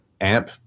amp